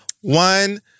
One